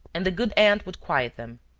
and the good aunt would quiet them.